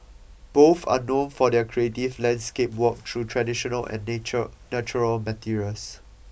both are known for their creative landscape work through traditional and nature natural materials